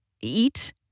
eat